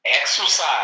Exercise